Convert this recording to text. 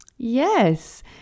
Yes